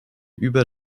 über